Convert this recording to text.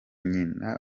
nyina